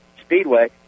Speedway